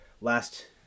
last